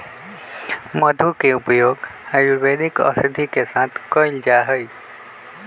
मधु के उपयोग आयुर्वेदिक औषधि के साथ कइल जाहई